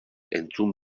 entzun